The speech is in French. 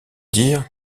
dire